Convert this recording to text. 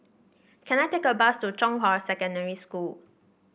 can I take a bus to Zhonghua Secondary School